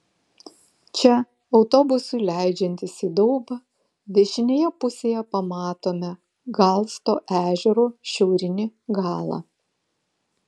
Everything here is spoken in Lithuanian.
čia autobusui leidžiantis į daubą dešinėje pusėje pamatome galsto ežero šiaurinį galą